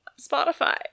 spotify